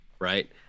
Right